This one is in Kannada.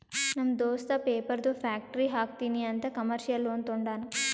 ನಮ್ ದೋಸ್ತ ಪೇಪರ್ದು ಫ್ಯಾಕ್ಟರಿ ಹಾಕ್ತೀನಿ ಅಂತ್ ಕಮರ್ಶಿಯಲ್ ಲೋನ್ ತೊಂಡಾನ